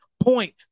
Point